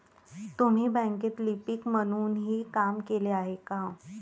तुम्ही बँकेत लिपिक म्हणूनही काम केले आहे का?